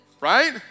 Right